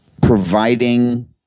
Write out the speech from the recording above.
providing